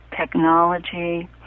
technology